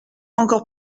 encore